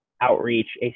outreach